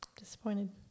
disappointed